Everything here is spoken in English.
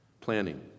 Planning